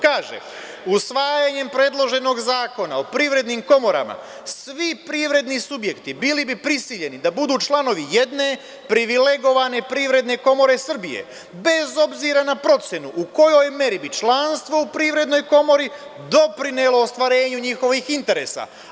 Kaže se – usvajanjem predloženog zakona o privrednim komorama svi privredni subjekti bili bi prisiljeni da budu članovi jedne privilegovane Privredne komore Srbije, bez obzira na procenu u kojoj meri bi članstvo u Privrednoj komori doprinelo ostvarenju njihovih interesa.